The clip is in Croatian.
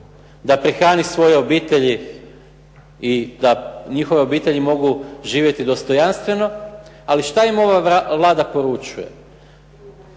da prehrani svoje obitelji i da njihove obitelji mogu živjeti dostojanstveno. Ali šta im ova Vlada poručuje?